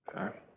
Okay